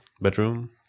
bedroom